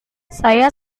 saya